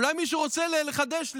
אולי מישהו רוצה לחדש לי.